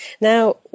Now